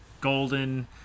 Golden